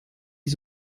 die